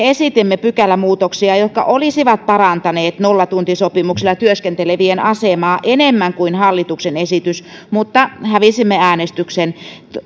esitimme pykälämuutoksia jotka olisivat parantaneet nollatuntisopimuksella työskentelevien asemaa enemmän kuin hallituksen esitys mutta hävisimme äänestyksen